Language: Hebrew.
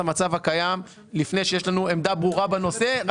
המצב הקיים לפני שיש שלנו עמדה ברורה בנושא.